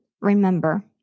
remember